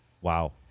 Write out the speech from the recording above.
wow